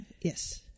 Yes